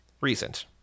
Recent